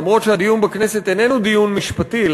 אף שהדיון בכנסת איננו דיון משפטי,